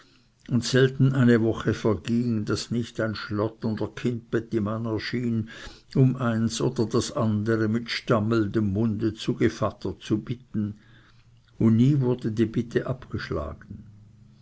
und selten eine woche verging daß nicht ein schlotternder kindbettimann erschien um eins oder das andere mit stammelndem munde zu gevatter zu bitten und nie wurde die bitte abgeschlagen